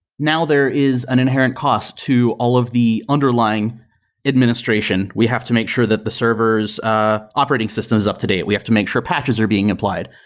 now there is an inherent cost to all of the underlying administration. we have to make sure that the server ah operating system is up-to-date. we have to make sure patches are being applied.